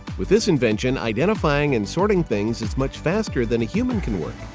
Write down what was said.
with this invention identifying and sorting things is much faster than a human can work.